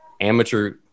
amateur